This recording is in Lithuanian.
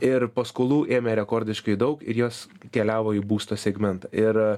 ir paskolų ėmė rekordiškai daug ir jos keliavo į būsto segmentą ir